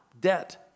debt